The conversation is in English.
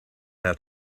have